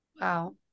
Wow